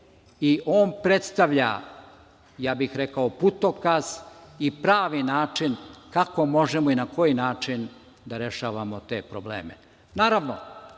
i on predstavlja, rekao bih, putokaz i pravi način kako možemo i na koji način da rešavamo te probleme. Naravno,